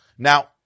Now